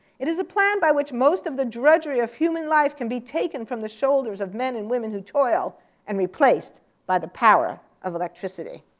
it is a plan by which most of the drudgery of human life can be taken from the shoulders of men and women who toil and replaced by the power of electricity.